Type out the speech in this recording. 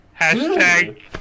Hashtag